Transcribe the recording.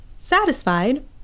Satisfied